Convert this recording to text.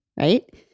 Right